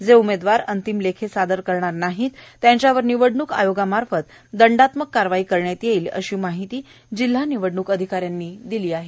जे उमेदवार अंतिम लेखे सादर करणार नाहीत त्यांच्यावर निवडणूक आयोगामार्फत दंडात्मक कारवाई करण्यात येईल अषी माहिती जिल्हा निवडणूक अधिकाऱ्यानी दिली आहे